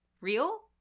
real